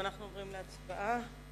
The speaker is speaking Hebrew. אנחנו עוברים להצבעה.